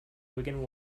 wigan